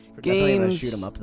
Games